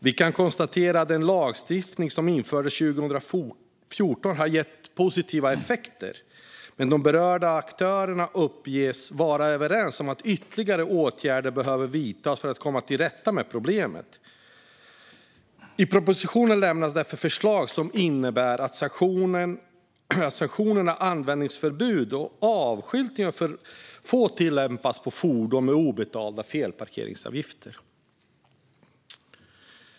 Vi kan konstatera att den lagstiftning som infördes 2014 har gett positiva effekter, men de berörda aktörerna uppges vara överens om att ytterligare åtgärder behöver vidtas för att man ska komma till rätta med problemen. I propositionen lämnas därför förslag som innebär att sanktionerna användningsförbud och avskyltning får tillämpas för fordon med obetalda felparkeringsavgifter.